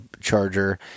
charger